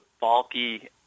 bulky